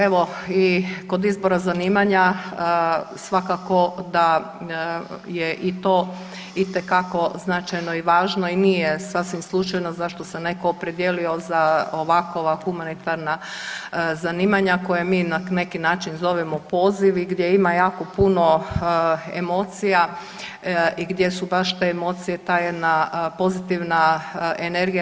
Evo i kod izbora zanimanja svakako da je i to itekako značajno i važno i nije sasvim slučajno zašto se netko opredijelio za ovakva humanitarna zanimanja koje mi na neki način zovemo pozivi gdje ima jako puno emocija i gdje su baš te emocije ta jedna pozitivna energija.